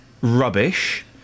Rubbish